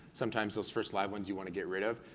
sometimes those first live ones, you wanna get rid of,